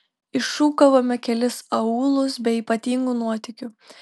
iššukavome kelis aūlus be ypatingų nuotykių